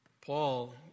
Paul